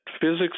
physics